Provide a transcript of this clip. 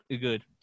good